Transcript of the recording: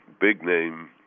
big-name